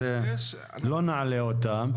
אז לא נעלה אותן.